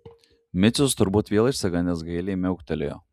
micius turbūt vėl išsigandęs gailiai miauktelėjo